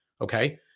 okay